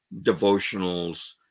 devotionals